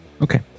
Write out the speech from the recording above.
okay